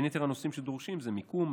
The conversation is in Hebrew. בין יתר הנושאים שדרושים הם מיקום,